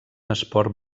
esport